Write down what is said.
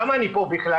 למה אני פה בכלל?